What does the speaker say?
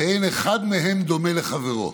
ואין אחד מהן דומה לחברו.